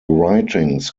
writings